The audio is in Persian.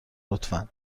لطفا